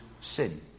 sin